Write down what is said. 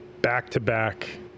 back-to-back